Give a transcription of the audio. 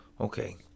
Okay